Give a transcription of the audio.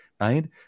right